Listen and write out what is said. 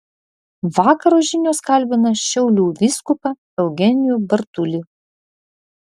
vakaro žinios kalbina šiaulių vyskupą eugenijų bartulį